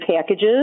packages